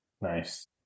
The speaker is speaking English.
Nice